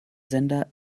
sender